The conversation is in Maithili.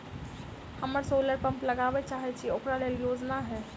हम सोलर पम्प लगाबै चाहय छी ओकरा लेल योजना हय?